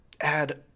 add